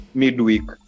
midweek